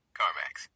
carmax